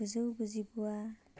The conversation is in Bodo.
गुजौ गुजिगुआ